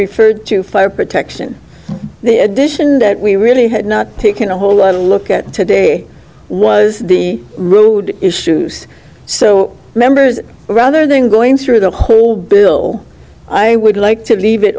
referred to fire protection the edition that we really had not taken a whole look at today was the mood issues so members rather than going through the whole bill i would like to leave it